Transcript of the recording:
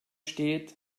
steht